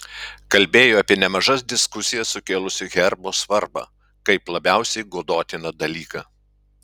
kalbėjo apie nemažas diskusijas sukėlusio herbo svarbą kaip labiausiai godotiną dalyką